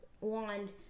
Wand